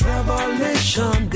Revelation